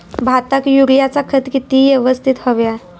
भाताक युरियाचा खत किती यवस्तित हव्या?